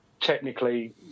technically